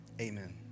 Amen